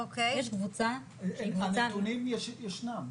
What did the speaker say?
יש קבוצה --- אז הנתונים ישנם?